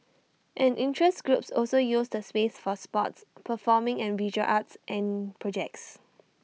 and interest groups also use the space for sports performing and visual arts and projects